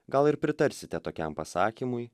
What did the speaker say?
gal ir pritarsite tokiam pasakymui